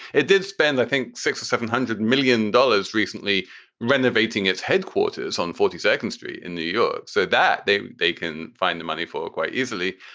it did spend, i think, six or seven hundred million dollars recently renovating its headquarters on forty second street in new york so that they they can find the money for it quite easily.